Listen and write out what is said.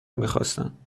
میخواستند